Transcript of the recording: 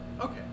okay